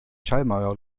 schallmauer